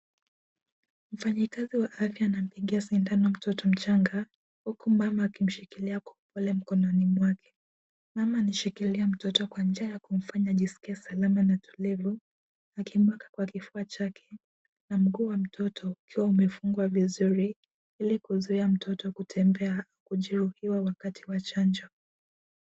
Mfanyakazi wa afya anampigia sindano mtoto mchanga, huku mama akimshikilia kwa upole mkononi mwake. Mama ameshikilia mtoto kwa njia ya kumfanya ajisikie salama na utulivu akimuweka kwa kifua chake na mguu wa mtoto ukiwa umefungwa vizuri ili kuzuia mtoto kutembea, kujeruhiwa wakati wa chanjo.